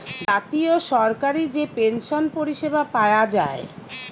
জাতীয় সরকারি যে পেনসন পরিষেবা পায়া যায়